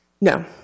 No